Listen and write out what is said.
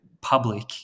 public